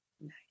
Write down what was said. Nice